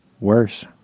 worse